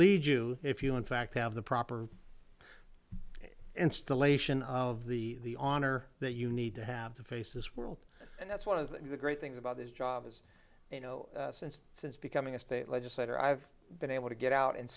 lead you if you in fact have the proper installation of the honor that you need to have to face this world and that's one of the great things about this job as you know since since becoming a state legislator i've been able to get out and